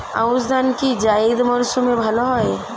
আউশ ধান কি জায়িদ মরসুমে ভালো হয়?